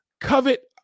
covet